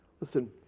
Listen